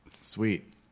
Sweet